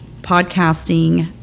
podcasting